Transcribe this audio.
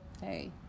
hey